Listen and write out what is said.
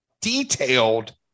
detailed